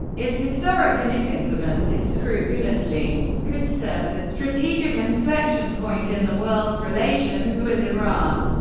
is historic and, if implemented scrupulously, could serve as a strategic inflection point in the world's relations with iran,